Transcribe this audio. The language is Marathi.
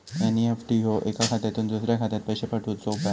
एन.ई.एफ.टी ह्यो एका खात्यातुन दुसऱ्या खात्यात पैशे पाठवुचो उपाय हा